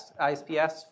ISPS